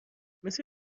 مثل